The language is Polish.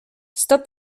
sto